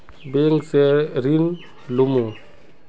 Bank से ऋण लुमू?